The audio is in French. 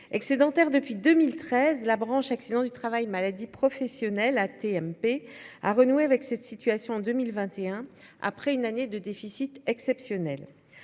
excédentaire depuis 2013, la branche accidents du travail-maladies professionnelles AT-MP a renouer avec cette situation en 2021 après une année de déficit exceptionnel